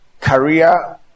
career